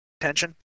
attention